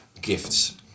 gifts